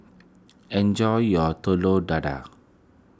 enjoy your Telur Dadah